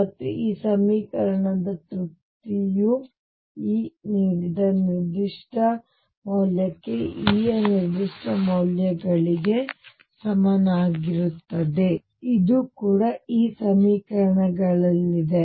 ಮತ್ತು ಈ ಸಮೀಕರಣದ ತೃಪ್ತಿಯು E ನೀಡಿದ ನಿರ್ದಿಷ್ಟ ಮೌಲ್ಯಕ್ಕೆ E ಯ ನಿರ್ದಿಷ್ಟ ಮೌಲ್ಯಗಳಿಗೆ ಇರುತ್ತದೆ ಇದು ಕೂಡ ಈ ಸಮೀಕರಣಗಳಲ್ಲಿದೆ